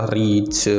reach